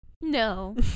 No